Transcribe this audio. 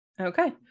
Okay